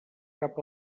cap